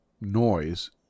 noise